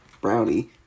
brownie